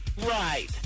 Right